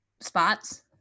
spots